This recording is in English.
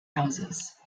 houses